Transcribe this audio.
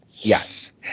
Yes